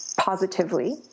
positively